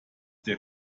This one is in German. der